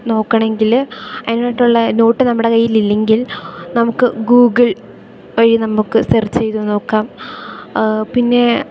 നോക്കണമെങ്കിൽ അതിനായിട്ടുള്ള നോട്ട് നമ്മുടെ കയ്യിലില്ലെങ്കിൽ നമുക്ക് ഗൂഗിൾ വഴി നമുക്ക് സെർച്ച് ചെയ്തു നോക്കാം പിന്നെ